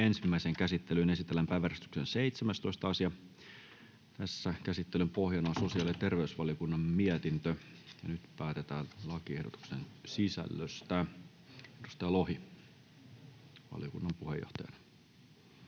Ensimmäiseen käsittelyyn esitellään päiväjärjestyksen 17. asia. Käsittelyn pohjana on sosiaali- ja terveysvaliokunnan mietintö StVM 33/2022 vp. Nyt päätetään lakiehdotusten sisällöstä. Edustaja Lohi, valiokunnan puheenjohtaja.